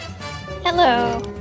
Hello